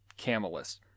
camelus